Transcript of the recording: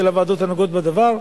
של הוועדות הנוגעות בדבר,